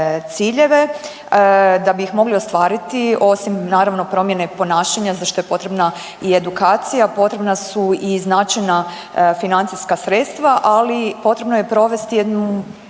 Da bi ih mogli ostvariti osim naravno promjene ponašanje za što je potrebna i edukacija, potrebna su i značajna financijska sredstva, ali potrebno je provesti i jednu